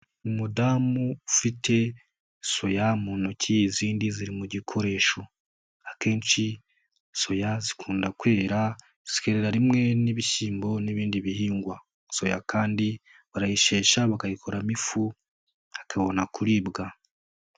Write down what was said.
Umudamu ufite soya mu ntoki izindi ziri mu gikoresho, akenshi soya zikunda kwera zikerera rimwe n'ibishyimbo n'ibindi bihingwa. Soya kandi barayishesha bakayikoramo ifu ikabona kuribwa.